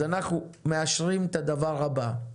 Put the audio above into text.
אז אנחנו מאשרים את הדבר הבא: